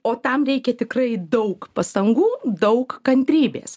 o tam reikia tikrai daug pastangų daug kantrybės